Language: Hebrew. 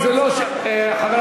כבוד השר,